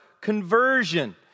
conversion